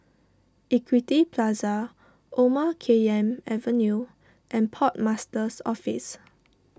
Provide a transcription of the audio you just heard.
Equity Plaza Omar Khayyam Avenue and Port Master's Office